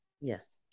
yes